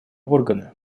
органы